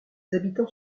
habitants